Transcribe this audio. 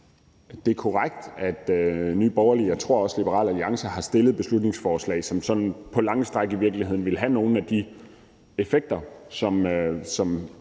Det er korrekt, at Nye Borgerlige, og jeg tror også Liberal Alliance, har fremsat et beslutningsforslag, som sådan på lange stræk i virkeligheden vil have nogle af de effekter, som